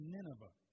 Nineveh